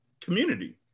Community